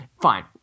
fine